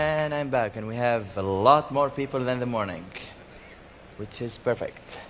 and i'm back. and we have a lot more people than the morning which is perfect.